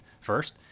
first